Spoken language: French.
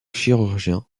chirurgiens